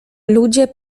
ludzie